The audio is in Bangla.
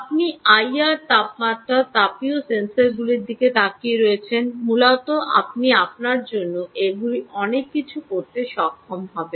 আপনি আইআর তাপমাত্রা তাপীয় সেন্সরগুলির দিকে তাকিয়ে রয়েছেন মূলত আপনি আপনার জন্য এগুলি অনেক কিছু করতে সক্ষম হবেন